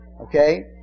Okay